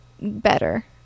better